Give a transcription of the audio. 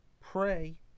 Pray